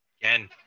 Again